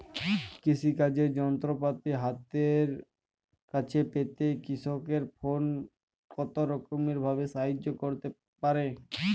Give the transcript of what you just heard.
কৃষিকাজের যন্ত্রপাতি হাতের কাছে পেতে কৃষকের ফোন কত রকম ভাবে সাহায্য করতে পারে?